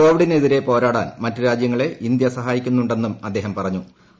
കോവിഡിനെതിരെ പോരുട്ടാൻ മറ്റ് രാജ്യങ്ങളെ ഇന്ത്യ സഹായിക്കുന്നുണ്ടെന്നും അദ്ദേഹം പുരുഷ്ടതു